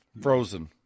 frozen